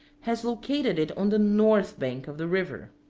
has located it on the north bank of the river!